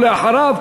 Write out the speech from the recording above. ואחריו,